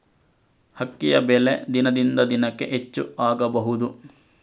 ಅಕ್ಕಿಯ ಬೆಲೆ ದಿನದಿಂದ ದಿನಕೆ ಹೆಚ್ಚು ಆಗಬಹುದು?